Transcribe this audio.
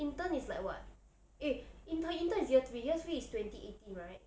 intern is like [what] eh her intern is year three year three is twenty eighteen right